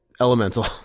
elemental